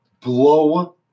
blow